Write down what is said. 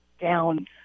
down